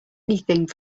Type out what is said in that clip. anything